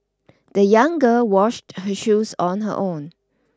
the young girl washed her shoes on her own